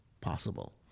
possible